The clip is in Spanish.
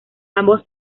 ambos